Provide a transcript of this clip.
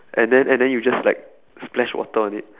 and then and then you just like splash water on it